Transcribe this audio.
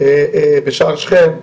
בשער שכם,